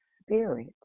spirit